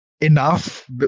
enough